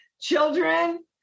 Children